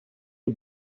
est